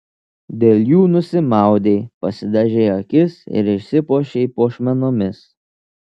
dėl jų nusimaudei pasidažei akis ir išsipuošei puošmenomis